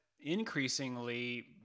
increasingly